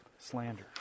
Slander